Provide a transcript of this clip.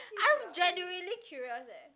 I'm genuinely curious eh